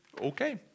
okay